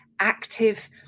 active